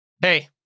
Hey